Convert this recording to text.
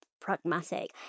pragmatic